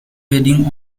wedding